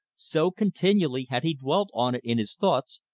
so continually had he dwelt on it in his thoughts,